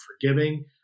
forgiving